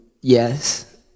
yes